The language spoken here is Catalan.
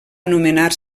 anomenar